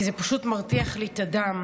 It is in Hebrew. כי זה פשוט מרתיח לי את הדם,